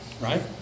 right